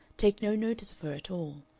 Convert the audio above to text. take no notice of her at all.